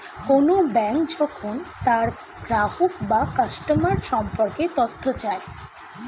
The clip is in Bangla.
কোন ব্যাঙ্ক যখন তার গ্রাহক বা কাস্টমার সম্পর্কে তথ্য চায়